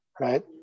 right